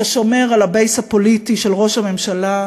זה שומר על ה-base הפוליטי של ראש הממשלה,